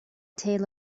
tale